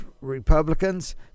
Republicans